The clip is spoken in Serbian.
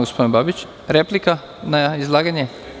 Gospodin Babić, replika na izlaganje.